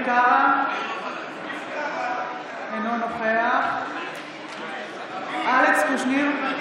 קארה, אינו נוכח אלכס קושניר,